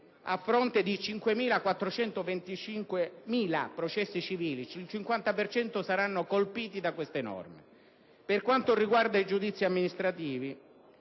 a fronte di 5.425.000 processi civili, il 50 per cento di essi sarà colpito da queste norme. Per quanto riguarda i giudizi amministrativi,